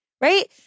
right